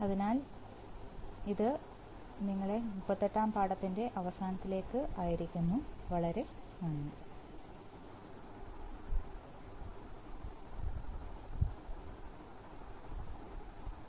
അതിനാൽ അത് ഞങ്ങളെ 38 ാം പാഠത്തിന്റെ അവസാനത്തിലേക്ക് ആയിരിക്കുന്നു വളരെ നന്ദി